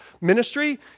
ministry